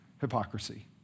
hypocrisy